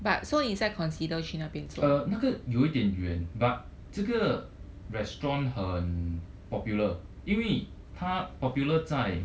uh 那个有一点远 but 这个 restaurant 很 popular 因为它 popular 在